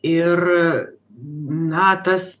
ir na tas